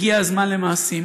הגיע הזמן למעשים.